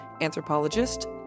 anthropologist